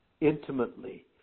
intimately